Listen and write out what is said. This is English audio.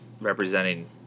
representing